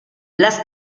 las